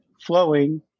flowing